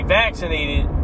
vaccinated